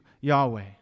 Yahweh